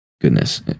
goodness